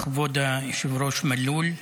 כבוד היושב-ראש מלול,